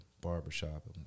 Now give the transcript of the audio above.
barbershop